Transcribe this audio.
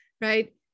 right